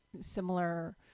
similar